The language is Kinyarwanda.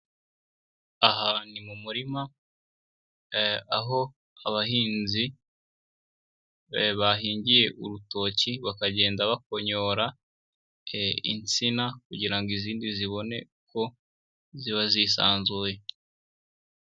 Aha ni mu murima, aho abahinzi bahingiye urutoki bakagenda bakonyora insina, kugira ngo izindi zibone uko ziba zisanzuye.